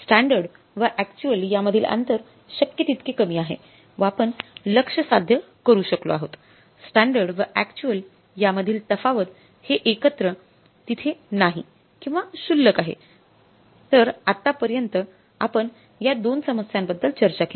standard व actual यामधील अंतर शक्य तितके कमी आहे व आपण लक्ष्य साध्य करू शकलो आहोत स्टँडर्ड व अक्चुअल यामधील तफावत हे एकत्र तिथे नाही किंवा क्षुल्लक आहे तर आता पर्यंत आपण या दोन समस्यांबद्दल चर्चा केली